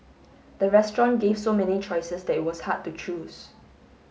the restaurant gave so many choices that it was hard to choose